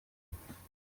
batuye